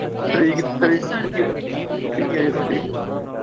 ਤਰੀਕ ਕਿਹੜੀ ਜੀ ਤੁਹਾਡੀ